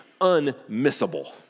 unmissable